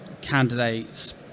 candidate's